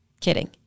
Kidding